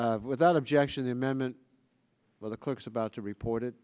a without objection the amendment where the clerks about to report it